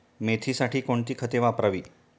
मेथीसाठी कोणती खते वापरावी?